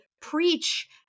preach